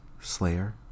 Slayer